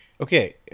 Okay